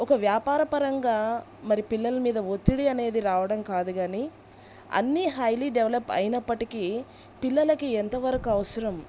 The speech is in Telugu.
ఒక వ్యాపారపరంగా మరి పిల్లల మీద ఒత్తిడి అనేది రావడం కాదు కాని అన్నీ హైలీ డెవలప్ అయినప్పటికీ పిల్లలకి ఎంతవరకు అవసరం